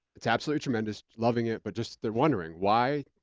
it's absolutely tremendous, loving it, but just, they're wondering. why?